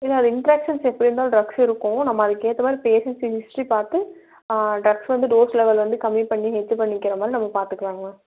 இல்லை அது இன்ட்ராக்க்ஷன்ஸ் எப்படி இருந்தாலும் டிரக்ஸ் இருக்கும் நம்ம அதுக்கேற்ற மாதிரி பேஷண்ட்ஸ் ஹிஸ்ட்ரி பார்த்து டிரக்ஸ் வந்து டோஸ் லெவல் வந்து கம்மி பண்ணி இது பண்ணிக்கிற மாதிரி நம்ம பார்த்துக்கலாங்க மேம்